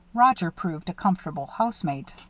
roger proved a comfortable housemate.